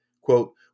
Quote